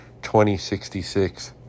2066